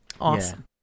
awesome